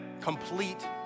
complete